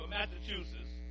Massachusetts